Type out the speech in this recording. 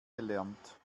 gelernt